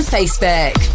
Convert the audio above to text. Facebook